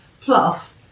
Plus